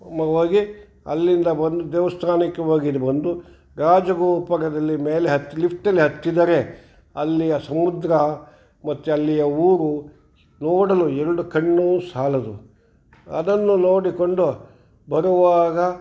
ಹೋಗಿ ಅಲ್ಲಿಂದ ಬಂದು ದೇವಸ್ಥಾನಕ್ಕೆ ಹೋಗಿ ಬಂದು ಗಾಜುಗೋಪುರದಲ್ಲಿ ಮೇಲೆ ಹತ್ತಿ ಲಿಫ್ಟಲ್ಲಿ ಹತ್ತಿದರೆ ಅಲ್ಲಿಯ ಸಮುದ್ರ ಮತ್ತೆ ಅಲ್ಲಿಯ ಊರು ನೋಡಲು ಎರಡು ಕಣ್ಣು ಸಾಲದು ಅದನ್ನು ನೋಡಿಕೊಂಡು ಬರುವಾಗ